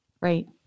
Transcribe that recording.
Right